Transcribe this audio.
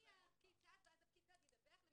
לא